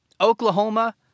Oklahoma